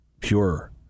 pure